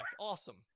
Awesome